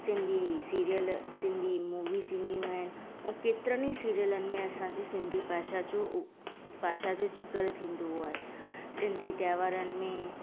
Sindhi serial Sindhi movies ईंदियूं आहिनि ऐं केतिरनि ई सिरियलनि में असांजी सिंधी भाषा जो भाषा जो ज़िकर थींदो आहे सिंधी त्योहारनि में